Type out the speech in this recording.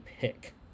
pick